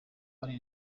ari